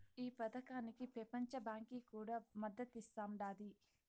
ఈ పదకానికి పెపంచ బాంకీ కూడా మద్దతిస్తాండాది